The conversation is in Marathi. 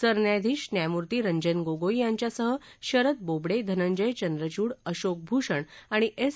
सरन्यायाधीश न्यायमूर्ती रंजन गोगोई यांच्यासह शरद बोबडे धनंजय चंद्रचूड अशोक भूषण आणि एस